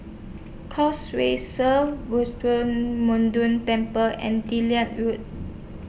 Causeway Sri Temple and Delhi Road